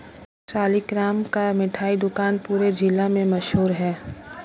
सालिगराम का मिठाई दुकान पूरे जिला में मशहूर है